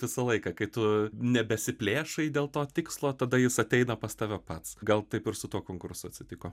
visą laiką kai tu nebesiplėšai dėl to tikslo tada jis ateina pas tave pats gal taip ir su tuo konkursu atsitiko